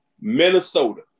Minnesota